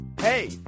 Hey